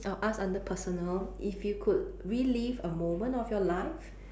I'll ask under personal if you could relive a moment of your life